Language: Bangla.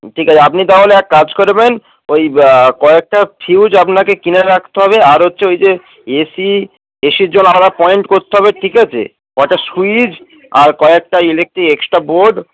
ঠিক আছে আপনি তাহলে এক কাজ করবেন ওই কয়েকটা ফিউজ আপনাকে কিনে রাখতে হবে আর হচ্ছে ওই যে এসি এসির জল আমরা পয়েন্ট করতে হবে ঠিক আছে কয়টা সুইচ আর কয়েকটা ইলেকট্রিক এক্সট্রা বোর্ড